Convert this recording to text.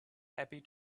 happy